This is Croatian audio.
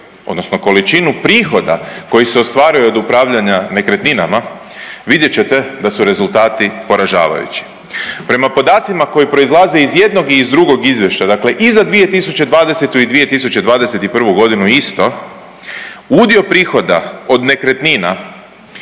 odnosno količinu prihoda koji se ostvaruju od upravljanja nekretninama vidjet ćete da su rezultati poražavajući. Prema podacima koji proizlaze iz jednog i iz drugog izvještaja, dakle i za 2020. i 2021.g. isto, udio prihoda od nekretnina